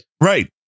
Right